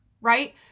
right